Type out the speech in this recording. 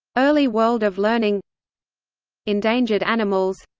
early world of learning endangered animals